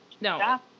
no